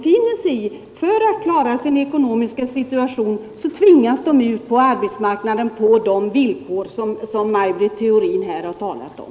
För att klara sin ekonomiska situation tvingas de ut på arbetsmarknaden på de villkor som Maj Britt Theorin här har talat om.